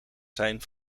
zijn